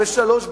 בשלוש,